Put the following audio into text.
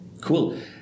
Cool